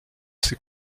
ces